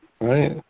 right